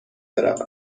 بروم